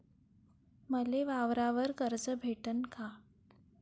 मले वावरावर कर्ज भेटन का?